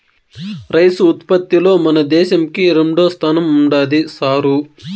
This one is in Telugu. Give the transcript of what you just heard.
రైసు ఉత్పత్తిలో మన దేశంకి రెండోస్థానం ఉండాది సారూ